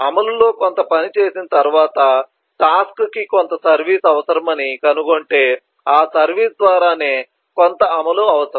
అమలులో కొంత పని చేసిన తర్వాత టాస్క్ కి కొంత సర్వీస్ అవసరమని కనుగొంటే ఆ సర్వీస్ ద్వారానే కొంత అమలు అవసరం